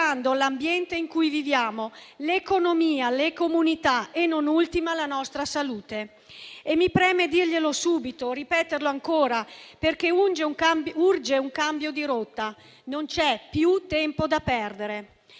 l'ambiente in cui viviamo, l'economia, le comunità e non ultima la nostra salute. Mi preme dirlo subito e ripeterlo ancora perché urge un cambio di rotta: non c'è più tempo da perdere.